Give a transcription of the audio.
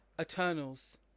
Eternals